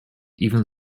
even